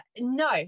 No